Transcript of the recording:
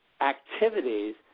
activities